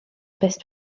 beth